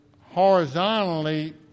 horizontally